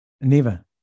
Neva